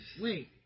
wait